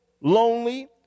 lonely